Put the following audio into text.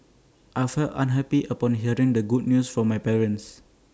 I felt happy upon hearing the good news from my parents